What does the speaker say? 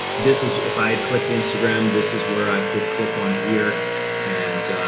this is if i had clicked instagram, this is where i could click on ear and